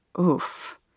Oof